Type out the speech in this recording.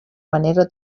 manera